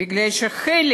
בגלל שחלק